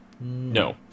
No